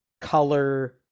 color